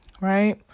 right